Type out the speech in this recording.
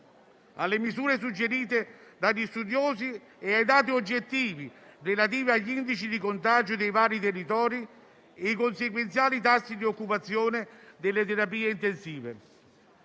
alle misure suggerite dagli studiosi e ai dati oggettivi, relativi agli indici di contagio dei vari territori e ai consequenziali tassi di occupazione delle terapie intensive.